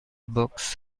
books